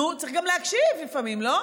נו, צריך גם להקשיב לפעמים, לא?